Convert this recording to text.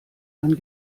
dann